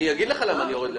אני אגיד לך למה אני יורד למטה.